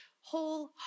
whole